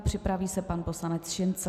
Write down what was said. Připraví se pan poslanec Šincl.